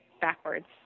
backwards